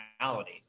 reality